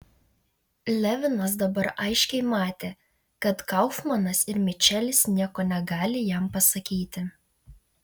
levinas dabar aiškiai matė kad kaufmanas ir mičelis nieko negali jam pasakyti